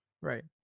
Right